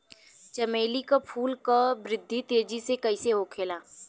चमेली क फूल क वृद्धि तेजी से कईसे होखेला?